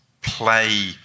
play